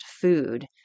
food